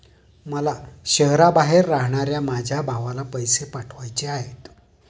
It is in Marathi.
मला शहराबाहेर राहणाऱ्या माझ्या भावाला पैसे पाठवायचे आहेत